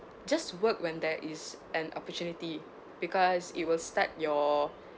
just work when there is an opportunity because it will start your